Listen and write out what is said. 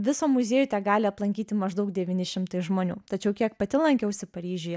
viso muziejų tegali aplankyti maždaug devyni šimtai žmonių tačiau kiek pati lankiausi paryžiuje